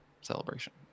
celebration